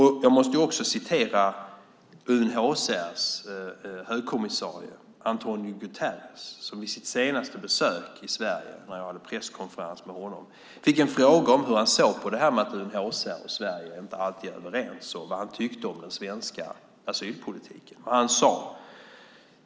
Jag måste återge vad UNHCR:s högkommissarie António Guterres sade vid sitt senaste besök när jag hade presskonferens med honom och han fick en fråga om hur han såg på att UNHCR och Sverige inte alltid är överens och om vad han tyckte om den svenska asylpolitiken.